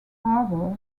harbor